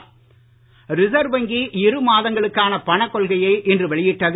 ரிசர்வ்வங்கி reserve வங்கி இரு மாதங்களுக்கான பணக் கொள்கையை இன்று வெளியிட்டது